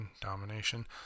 domination